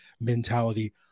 mentality